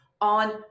on